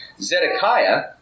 Zedekiah